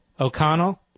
O'Connell